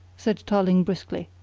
said tarling briskly.